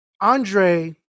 Andre